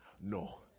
no